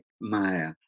Maya